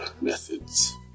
methods